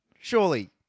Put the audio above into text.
Surely